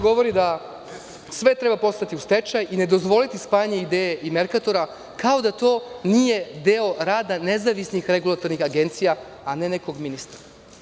Govori da sve treba poslati u stečaj i ne dozvoliti spajanje „IDEA“ i „Merkatora“, kao da to nije deo rada nezavisnih regulatornih agencija, a ne nekog ministra.